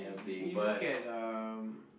you you look at um